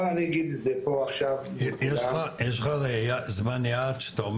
יש לך זמן יעד שאתה אומר,